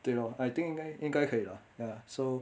对 lor I think 应该应该可以 lah ya so